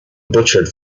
butchered